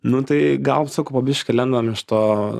nu tai gal sakau po biškį lendam iš to